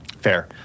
Fair